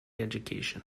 education